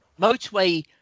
motorway